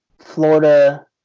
Florida